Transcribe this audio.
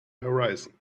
horizon